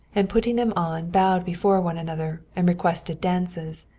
and putting them on bowed before one another and requested dances,